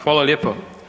Hvala lijepo.